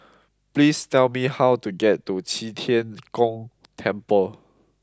please tell me how to get to Qi Tian Gong Temple